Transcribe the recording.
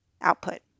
output